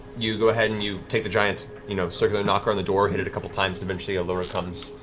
you go ahead and you take the giant you know circular knocker on the door, hit it a couple times, eventually allura comes,